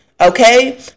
okay